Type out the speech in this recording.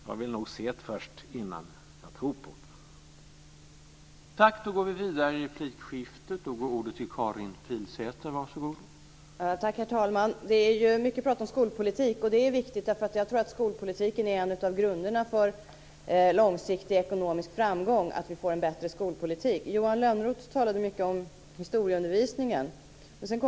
Jag vill nog se det först, innan jag tror på det.